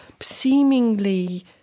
seemingly